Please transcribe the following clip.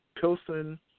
Pilsen